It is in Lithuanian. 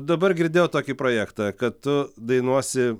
dabar girdėjau tokį projektą kad tu dainuosi